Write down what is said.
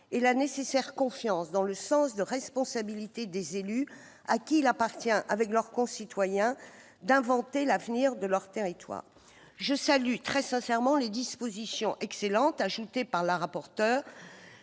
et lanécessaire confiance dans le sens des responsabilités des élusà qui il appartient, avec leurs concitoyens, d'inventer l'avenir deleurs territoires. Je salue très sincèrement les excellentes dispositions ajoutées par Mme la rapporteur,